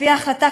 על-פי ההחלטה,